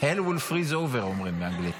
אומרים באנגלית.